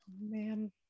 Man